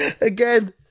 Again